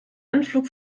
anflug